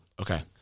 okay